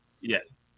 Yes